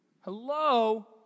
Hello